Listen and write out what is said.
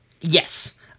Yes